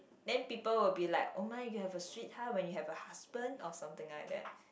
then people will be like oh my you have a sweetheart when you have a husband or something like that